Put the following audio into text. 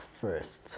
first